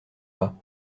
bas